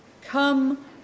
Come